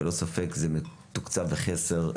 ללא ספק זה מתוקצב בחסר,